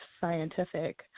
scientific